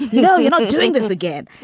no, you're not doing this again.